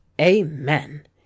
amen